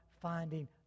finding